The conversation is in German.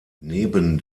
neben